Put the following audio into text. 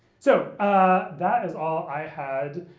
so ah that is all i had.